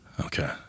Okay